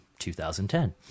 2010